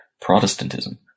Protestantism